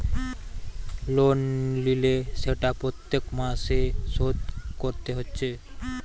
loan লিলে সেটা প্রত্যেক মাসে শোধ কোরতে হচ্ছে